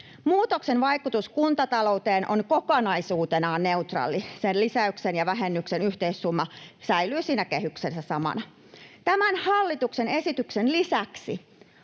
Muutoksen vaikutus kuntatalouteen on kokonaisuutena neutraali. Lisäyksen ja vähennyksen yhteissumma säilyy siinä kehyksessä samana. Tämän hallituksen esityksen lisäksi